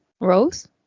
Rose